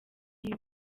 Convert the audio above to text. gihe